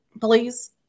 Please